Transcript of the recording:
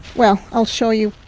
well, i'll show you.